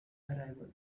arrival